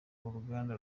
uruganda